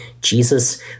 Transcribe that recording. Jesus